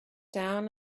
down